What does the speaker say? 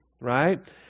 right